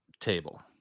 table